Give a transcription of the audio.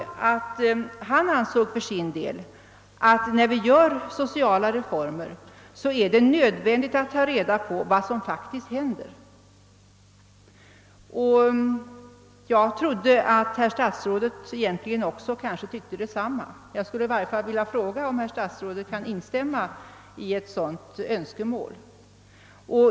Han ansåg för sin del att det är nödvändigt att vi tar reda på vad som faktiskt händer när vi genomför sociala reformer, Jag trodde att herr statsrådet egentligen var av samma åsikt. Jag skulle i varje fall vilja fråga om herr statsrådet kan instämma i ett sådant önskemål.